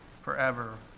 forever